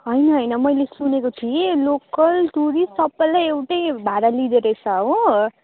होइन होइन मैले सुनेको छु कि लोकल टुरिस्ट सबैलाई एउटै भाडा लिँदोरहेछ हो